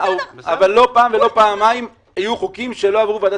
אבל לא פעם ולא פעמיים היו חוקים שלא עברו ועדת